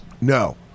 No